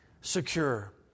secure